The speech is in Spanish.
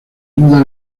duda